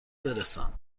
برسان